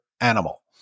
animal